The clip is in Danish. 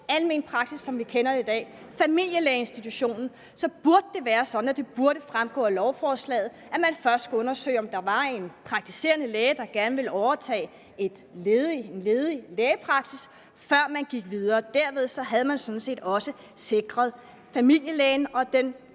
almen praksis, som vi kender den i dag, familielægeinstitutionen, burde det være sådan, at det fremgik af lovforslaget, at man før skulle undersøge, om der var en praktiserende læge, der gerne ville overtage en ledig lægepraksis, før man gik videre. Derved havde man sådan set også sikret familielægen og den